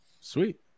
sweet